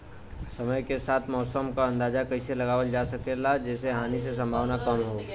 समय के साथ मौसम क अंदाजा कइसे लगावल जा सकेला जेसे हानि के सम्भावना कम हो?